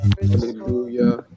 Hallelujah